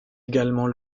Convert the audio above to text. également